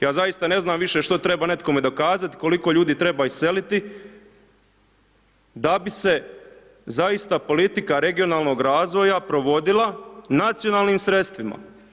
Ja zaista ne znam više što treba nekome dokazati i koliko ljudi treba iseliti da bi se zaista politika regionalnog razvoja provodila nacionalnim sredstvima.